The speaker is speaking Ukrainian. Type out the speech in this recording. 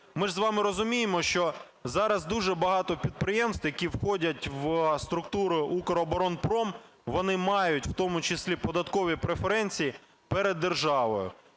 Ми ж з вами розуміємо, що зараз дуже багато підприємств, які входять в структуру "Укроборонпром", вони мають у тому числі податкові преференції перед державою.